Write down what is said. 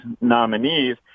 nominees